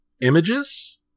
images